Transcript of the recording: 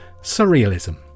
Surrealism